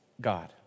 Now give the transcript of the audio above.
God